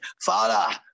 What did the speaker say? Father